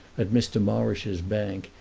at mr. morrish's bank,